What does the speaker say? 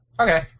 Okay